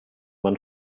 man